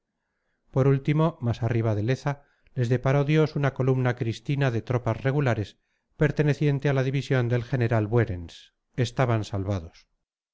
por último más arriba de leza les deparó dios una columna cristina de tropas regulares perteneciente a la división del general buerens estaban salvados